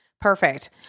Perfect